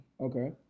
Okay